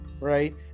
Right